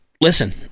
listen